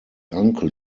uncle